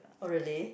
oh really